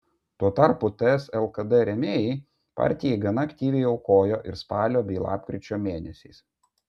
tuo tarpu ts lkd rėmėjai partijai gana aktyviai aukojo ir spalio bei lapkričio mėnesiais